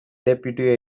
deputy